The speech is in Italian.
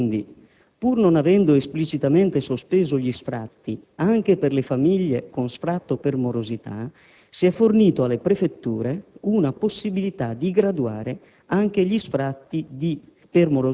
Quindi, pur non avendo esplicitamente sospeso gli sfratti anche per le famiglie con sfratto per morosità, si è fornita alle prefetture una possibilità di graduare anche gli sfratti